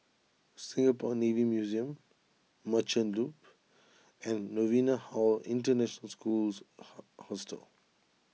Singapore Navy Museum Merchant Loop and Novena Hall International Schools how Hostel